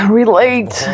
relate